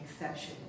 exception